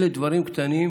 אלה דברים קטנים,